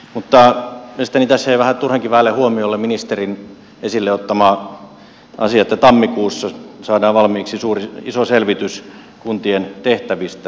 mutta mielestäni tässä jäi vähän turhankin vähälle huomiolle ministerin esille ottama asia että tammikuussa saadaan valmiiksi iso selvitys kuntien tehtävistä